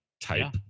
type